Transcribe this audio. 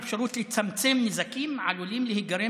האפשרות לצמצם נזקים העלולים להיגרם